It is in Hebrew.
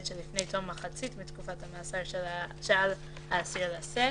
שלפני תום מחצית מתקופת המאסר שעל האסיר לשאת,"